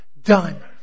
done